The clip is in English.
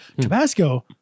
Tabasco